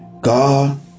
God